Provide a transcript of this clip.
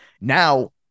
Now